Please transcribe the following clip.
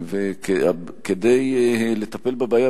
כדי לטפל בבעיה,